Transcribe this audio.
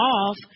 off